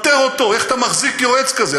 פטר אותו, איך אתה מחזיק יועץ כזה?